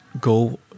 go